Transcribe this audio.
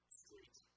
street